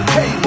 Hey